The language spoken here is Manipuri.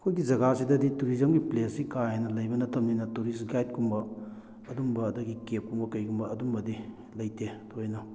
ꯑꯩꯈꯣꯏꯒꯤ ꯖꯒꯥꯁꯤꯗꯗꯤ ꯇꯨꯔꯤꯖꯝꯒꯤ ꯄ꯭ꯂꯦꯁꯁꯤ ꯀꯌꯥ ꯂꯩꯕ ꯅꯠꯇꯕꯅꯤꯅ ꯇꯨꯔꯤꯁ ꯒꯥꯏꯠꯀꯨꯝꯕ ꯑꯗꯨꯝꯕ ꯑꯗꯒꯤ ꯀꯦꯞꯀꯨꯝꯕ ꯀꯩꯒꯨꯝꯕ ꯑꯗꯨꯝꯕꯗꯤ ꯂꯩꯇꯦ ꯊꯣꯏꯅ